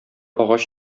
агач